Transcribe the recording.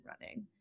running